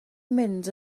mynd